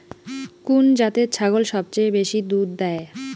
কুন জাতের ছাগল সবচেয়ে বেশি দুধ দেয়?